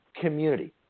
community